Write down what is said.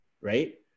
right